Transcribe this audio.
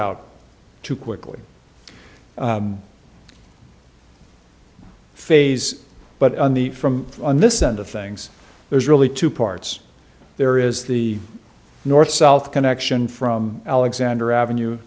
out too quickly phase but on the from on this end of things there's really two parts there is the north south connection from alexander avenue